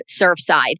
Surfside